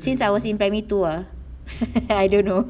since I was in primary two ah I don't know